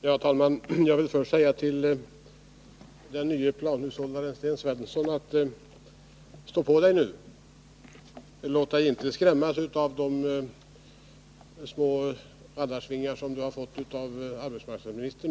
Herr talman! Jag vill först säga till den nye planhushållaren Sten Svensson att han nu skall stå på sig och inte låta sig skrämmas av de små rallarsvingar som han har fått av arbetsmarknadsministern.